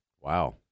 Wow